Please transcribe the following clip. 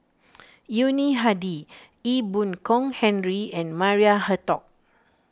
Yuni Hadi Ee Boon Kong Henry and Maria Hertogh